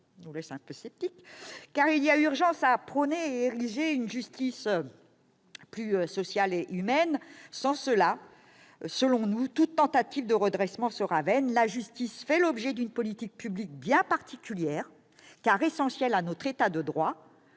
cependant un peu sceptiques ...-, car il y a urgence à prôner et à ériger une justice plus sociale et humaine. Sans cela, toute tentative de redressement sera vaine. La justice fait l'objet d'une politique publique bien particulière, car elle est essentielle à notre État de droit